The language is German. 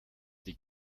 die